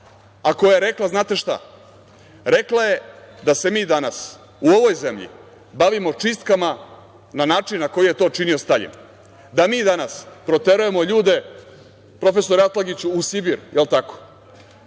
koja je rekla znate šta, rekla je da se mi danas u ovoj zemlji bavimo čistkama na način koji je to činio Staljin. Da mi danas proterujemo ljude, profesore Atlagiću, u Sibir, el tako?